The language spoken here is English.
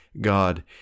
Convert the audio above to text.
God